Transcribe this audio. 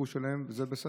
רכוש שלהם, וזה בסדר.